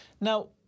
Now